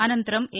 అనంతరం ఏ